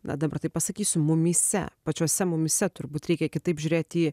na dabar tai pasakysiu mumyse pačiuose mumyse turbūt reikia kitaip žiūrėt į